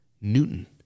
Newton